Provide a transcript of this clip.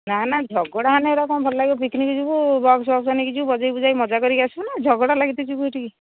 ନା ନା ଝଗଡ଼ା ହେଲେ କ'ଣ ଭଲ ଲାଗିବ ପିକନିକ ଯିବୁ ବକ୍ସ ଫକ୍ସ ନେଇ ଯିବୁ ବଜେଇ ବୁଜେଇ ମଜା କରି ଆସିବୁ ନା ଝଗଡ଼ା ଲାଗିକି ଯିବୁ ଏଇଠି କି